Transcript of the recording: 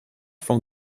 from